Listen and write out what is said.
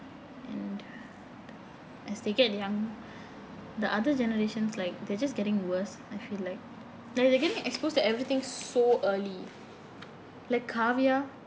and as they get young the other generations like they're just getting worse I feel like they're they're getting exposed to everything so early like kavya